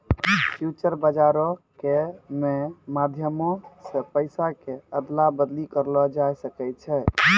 future बजारो के मे माध्यमो से पैसा के अदला बदली करलो जाय सकै छै